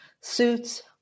suits